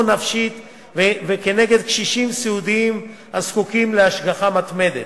נפשית ונגד קשישים סיעודיים הזקוקים להשגחה מתמדת,